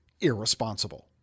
irresponsible